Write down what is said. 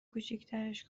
کوچیکترش